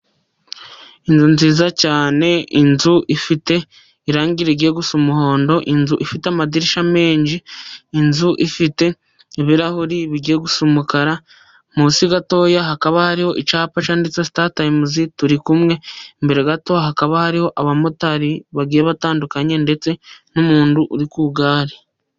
Inzu nziza cyane, inzu ifite irangi rigiye gusa umuhondo, inzu ifite amadirishya menshi, inzu ifite ibirahuri bigiye gusa umukara. Munsi gatoya hakaba hariho icyapa cyanditseho sitatayimu turi kumwe, imbere gato hakaba hariho abamotari bagiye batandukanye, ndetse n'umuntu uri ku igare.